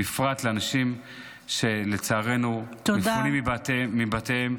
בפרט לאנשים שלצערנו מפונים מבתיהם,